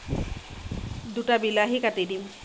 দুটা বিলাহী কাটি দিম